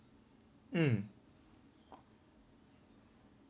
mm